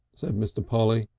said mr. polly,